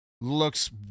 looks